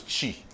Chi